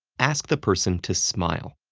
ask the person to smile.